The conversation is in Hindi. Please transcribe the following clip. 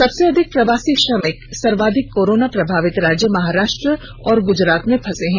सबसे अधिक प्रवासी श्रमिक सर्वाधिक कोरोना प्रभावित राज्य महाराष्ट्र और गुजरात में फंसे हैं